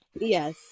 Yes